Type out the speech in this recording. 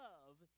Love